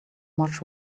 much